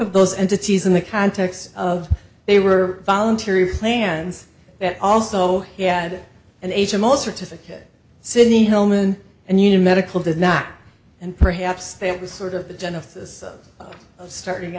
of those entities in the context of they were voluntary plans that also he had an h m o certificate sydney home and and your medical did not and perhaps that was sort of the genesis of starting